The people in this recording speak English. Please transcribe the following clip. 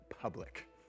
public